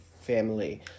family